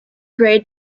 grade